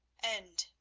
and,